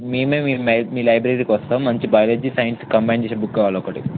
మేమే మీ మీలైబ్రరీకి వస్తాం మంచి బయాలజీ సైన్స్ కంబైన్ చేసే బుక్ కావాలి ఒకటి